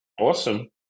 awesome